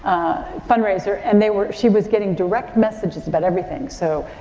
fundraiser, and they were, she was getting direct messages about everything. so,